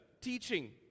teaching